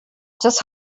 just